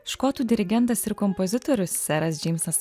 škotų dirigentas ir kompozitorius seras džeimsas